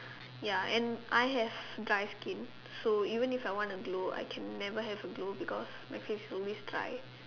ya and I have dry skin so even if I want to glow I can never have a glow because my face is always dry